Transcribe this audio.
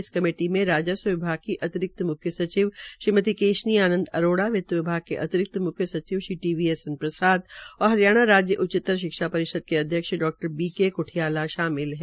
इस कमेटी में राजस्व विभाग की अतिरिक्त म्ख्य सचिव श्रीमती केशनी आनंद अरोडा वित्त विभाग के अतिरिक्त म्ख्य सचिव श्री टीवीएसएन प्रसाद और हरियाणा राज्य उच्चतर शिक्षा परिषद के अध्यक्ष डा बीके कुठियाला शामिल है